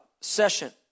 session